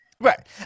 Right